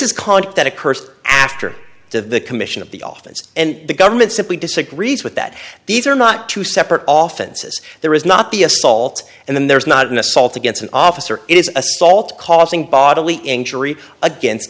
occurs after the commission of the office and the government simply disagrees with that these are not two separate often says there is not the assaults and then there is not an assault against an officer it is assault causing bodily injury against